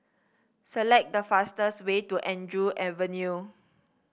select the fastest way to Andrew Avenue